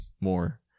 More